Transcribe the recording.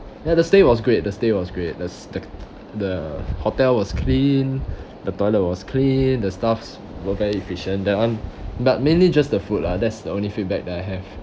ya the stay was great the stay was great that's the the hotel was clean the toilet was clean the staffs were very efficient that one but mainly just the food lah that's the only feedback that I have